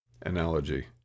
analogy